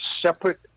separate